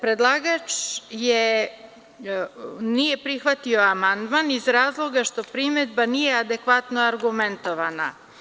Predlagač nije prihvatio amandman iz razloga što primedba nije adekvatno argumentovana.